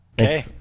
Okay